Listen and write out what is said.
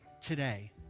today